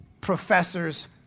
professors